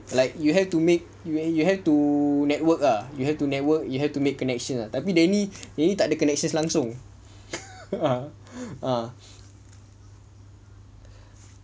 like you have to make you use you have to network ah you have to network you had to make connections tapi dia ni dia ni tak ada connections langsung ah ah